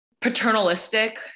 paternalistic